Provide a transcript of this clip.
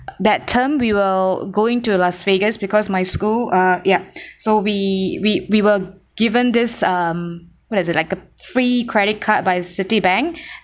that term we were going to las vegas because my school uh yup so we we we were given this um what is it like a free credit card by CitiBank